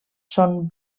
són